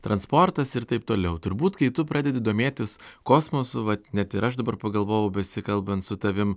transportas ir taip toliau turbūt kai tu pradedi domėtis kosmosu vat net ir aš dabar pagalvojau besikalbant su tavim